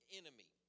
enemy